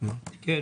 גם